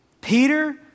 Peter